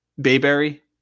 Bayberry